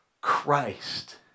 Christ